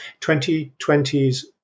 2020s